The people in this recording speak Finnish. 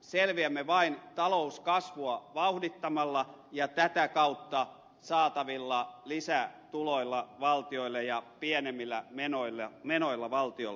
selviämme vain talouskasvua vauhdittamalla ja tätä kautta saatavilla lisätuloilla valtiolle ja pienemmillä menoilla valtiolle